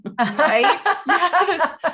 Right